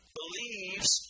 believes